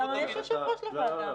אבל יש יושב-ראש לוועדה,